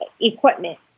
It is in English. equipment